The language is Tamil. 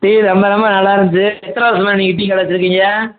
டீ ரொம்ப ரொம்ப நல்லாயிருந்துச்சி எத்தனை வருசமாக நீங்கள் டீக்கடை வச்சுருக்கீங்க